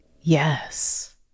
Yes